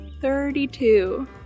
Thirty-two